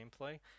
gameplay